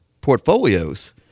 portfolios